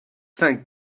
thank